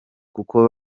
kuko